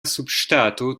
subŝtato